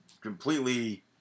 completely